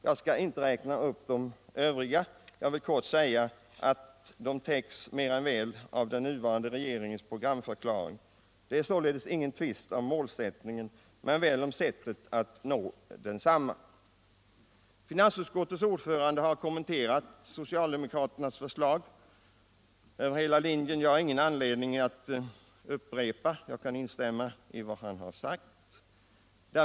Jag skall inte räkna upp de övriga men vill kort säga att de mer än väl täcks av den nuvarande regeringens programförklaring. Det är således ingen tvist om målsättningen men väl om sättet att nå densamma. Finansutskottets ordförande har kommenterat socialdemokraternas förslag över hela linjen, och jag kan instämma i vad han har sagt.